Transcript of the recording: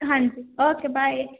ਹਾਂਜੀ okay bye